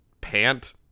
pant